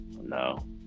No